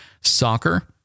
soccer